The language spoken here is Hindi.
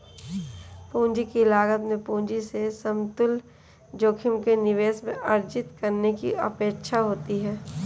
पूंजी की लागत में पूंजी से समतुल्य जोखिम के निवेश में अर्जित करने की अपेक्षा होती है